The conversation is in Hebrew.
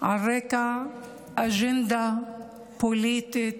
על רקע אג'נדה פוליטית,